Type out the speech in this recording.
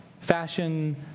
Fashion